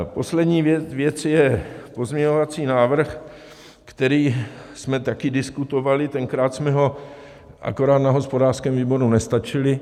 Poslední věc je pozměňovací návrh, který jsme taky diskutovali, tenkrát jsme ho akorát na hospodářském výboru nestačili.